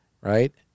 right